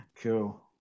Cool